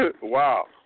Wow